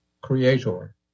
creator